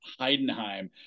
Heidenheim